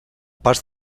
pas